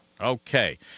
Okay